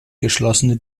geschlossene